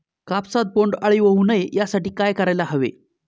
कापसात बोंडअळी होऊ नये यासाठी काय करायला हवे?